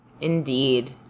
indeed